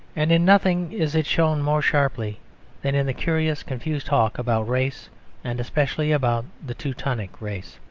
and in nothing is it shown more sharply than in the curious confused talk about race and especially about the teutonic race.